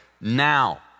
now